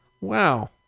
Wow